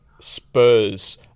spurs